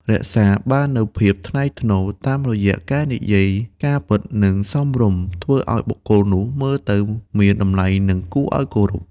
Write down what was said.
រក្សាបាននូវភាពថ្លៃថ្នូរ តាមរយះការនិយាយការពិត និងសមរម្យ ធ្វើឱ្យបុគ្គលនោះមើលទៅមានតម្លៃ និងគួរឱ្យគោរព។